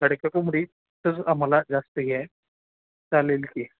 खडक्या कोंबडीचच आम्हाला जास्त हे आहे चालेल की